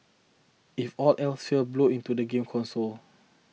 if all else fails blow into the game console